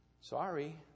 Sorry